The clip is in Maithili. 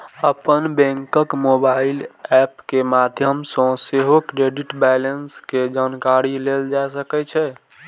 अपन बैंकक मोबाइल एप के माध्यम सं सेहो क्रेडिट बैंलेंस के जानकारी लेल जा सकै छै